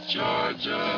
Georgia